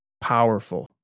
Powerful